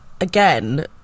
again